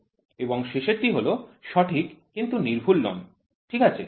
এবং শেষেরটি হল সঠিক কিন্তু সূক্ষ্ম নন ঠিক আছে